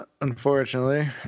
unfortunately